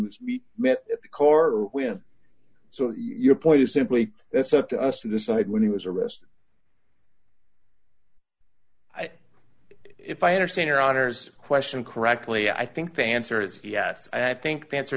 was we met the car we have so ear point is simply that's up to us to decide when he was arrested if i understand your honor's question correctly i think the answer is yes i think the answer